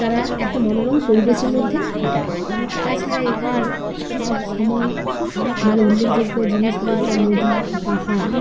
তারা একটা মনোরম পরিবেশের মধ্যে কাটায় তাছাড়া এখানে সব সময় আমাদের উল্লেখযোগ্য জিনিসগুলো যেটা নদী পাহাড়